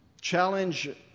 challenge